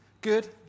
Good